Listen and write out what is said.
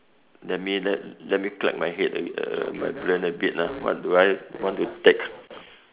let me let let me crack my head uh my brain a bit ah what do I want to take